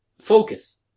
focus